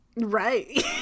Right